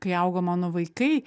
kai augo mano vaikai